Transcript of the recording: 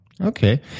Okay